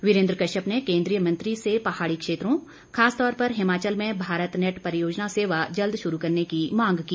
वीरेंद्र कश्यप ने केंद्रीय मंत्री से पहाड़ी क्षेत्रों खासतौर पर हिमाचल में भारत नेट परियोजना सेवा जल्द शुरू करने की मांग की